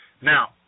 Now